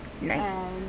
Nice